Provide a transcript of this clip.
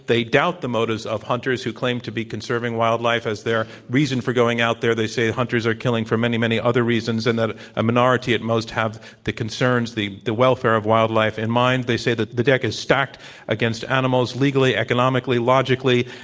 they doubt the motives of hunters, who claim to be conserving wildlife as their reason for going out there. they say hunters are killing for many, many other reasons and that a minority, at most, have the concerns the the welfare of wildlife in mind. they say that the deck is stacked against animals legally, economically, logically,